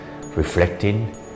reflecting